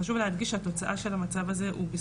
חשוב להדגיש שהתוצאה של המצב הזה הוא,